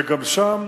וגם שם,